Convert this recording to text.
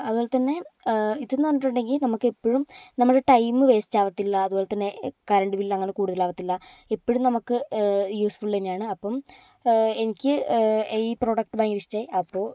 അതുപോലെ തന്നെ ഇത് എന്ന് പറഞ്ഞിട്ടുണ്ടെങ്കിൽ നമുക്ക് എപ്പോഴും നമ്മുടെ ടൈം വേസ്റ്റ് ആവത്തില്ല അതുപോലെത്തന്നെ കറണ്ട് ബിൽ അങ്ങനെ കൂടുതലാവത്തില്ല എപ്പോഴും നമുക്ക് യൂസ്ഫുൾ തന്നെയാണ് അപ്പം എനിക്ക് ഈ പ്രൊഡക്റ്റ് ഭയങ്കര ഇഷ്ടമായി അപ്പോൾ